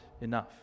enough